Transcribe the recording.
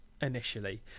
initially